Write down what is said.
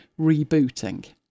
rebooting